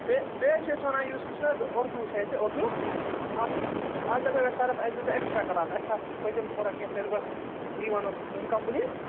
بیٚیہِ بیٚیہِ حظ چھِ أسۍ وَنان یُس یہِ چھُنہٕ اردوٗ اردوٗ چھُ اسہِ اردوٗ اَتھ اَتھ دَپیٛو مےٚ سَرس اَتھ دِتہٕ ایکٕسٹرٛا کٕلاس اسہِ چھِ اَتھ پٔتِم تھوڑا کیٚنٛہہ سیٚلِبَس ٹی وَنُک اِنکَمپٕلیٖٹ